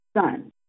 son